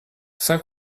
cinq